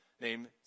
named